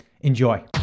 enjoy